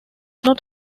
not